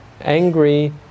angry